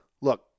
Look